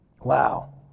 Wow